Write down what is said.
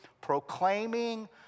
proclaiming